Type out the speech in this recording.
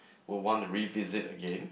would want revisit again